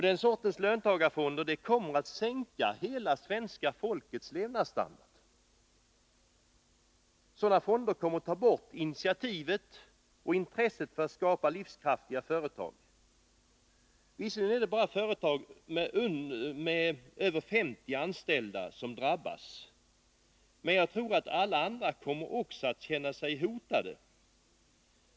Den sortens löntagarfonder kommer att sänka hela svenska folkets levnadsstandard. Sådana fonder kommer att ta bort initiativlusten och intresset för att skapa livskraftiga företag. Visserligen är det bara företag med över 50 anställda som skall drabbas, men jag tror att alla andra också kommer att känna sig hotade.